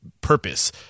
Purpose